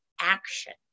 action